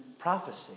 prophecy